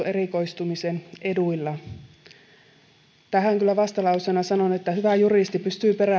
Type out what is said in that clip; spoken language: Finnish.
erikoistumisen edut tähän kyllä vastalauseena sanon että hyvä juristi pystyy